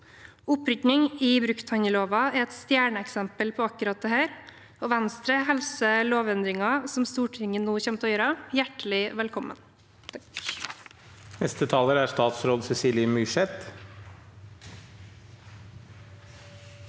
Opprydning i brukthandelloven er et stjerneeksempel på akkurat dette. Venstre hilser lovendringen som Stortinget nå kommer til å gjøre, hjertelig velkommen.